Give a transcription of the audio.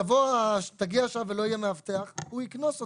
יבוא, תגיע השעה ולא יהיה מאבטח הוא יקנוס אותי.